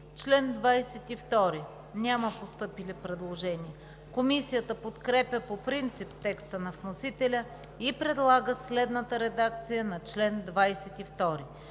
вносител няма постъпили предложения. Комисията подкрепя по принцип текста на вносителя и предлага следната редакция на чл.